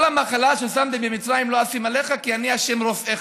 "כל המחלה ששמתי במצרים לא אשים עליך כי אני ה' רֹפאך".